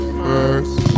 first